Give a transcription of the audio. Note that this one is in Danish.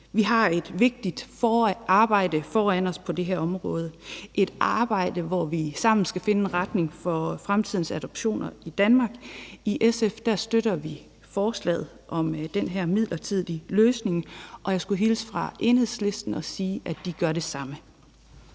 Vi har et vigtigt arbejde foran os på det her område – et arbejde, hvor vi sammen skal finde en retning for fremtidens adoptioner i Danmark. I SF støtter vi forslaget om den her midlertidige løsning, og jeg skulle hilse fra Enhedslisten og sige, at de gør det samme.